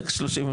איך 300,